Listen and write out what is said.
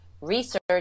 research